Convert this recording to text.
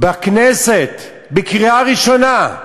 בכנסת, בקריאה ראשונה,